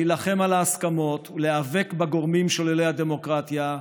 להילחם על ההסכמות ולהיאבק בגורמים שוללי הדמוקרטיה,